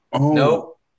Nope